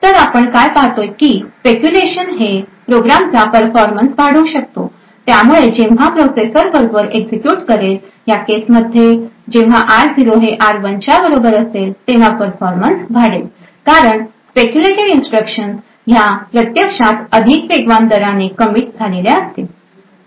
तर आपण काय पाहतोय की स्पेक्युलेशन हे प्रोग्राम चा परफॉर्मन्स वाढवू शकतो त्यामुळे जेव्हा प्रोसेसर बरोबर एक्झिक्युट करेल ह्या केस मध्ये जेव्हा r0 हे r1च्या बरोबर असेल तेव्हा परफॉर्मन्स वाढेल कारण स्पेक्युलेटेड इन्स्ट्रक्शन ह्या प्रत्यक्षात अधिक वेगवान दराने कमिट झालेल्या असतील